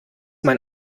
mein